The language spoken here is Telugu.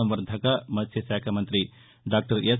సంవర్దక మత్స్య శాఖ మంగ్రి దాక్టర్ ఎస్